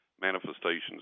manifestations